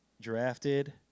drafted